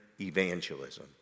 evangelism